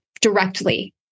directly